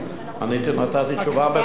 נתתי תשובה מפורטת.